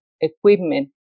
equipment